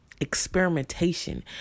experimentation